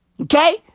okay